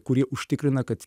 kurie užtikrina kad